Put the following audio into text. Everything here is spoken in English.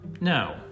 No